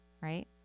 right